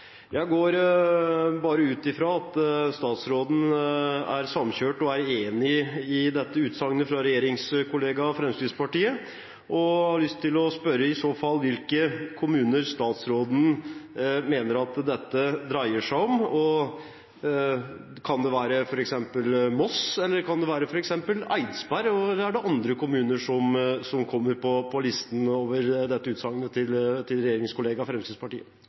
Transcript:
Jeg går bare ut fra at statsråden er samkjørt og enig i dette utsagnet fra regjeringskollega Fremskrittspartiet. Jeg har i så fall lyst til å spørre: Hvilke kommuner mener statsråden at dette dreier seg om? Kan det være f.eks. Moss, kan det være f.eks. Eidsberg, eller er det andre kommuner som kommer på listen etter dette utsagnet fra regjeringskollega Fremskrittspartiet?